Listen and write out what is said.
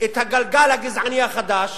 את הגלגל הגזעני החדש